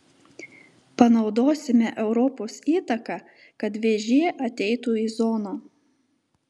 panaudosime europos įtaką kad vėžė ateitų į zoną